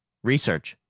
research.